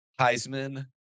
Heisman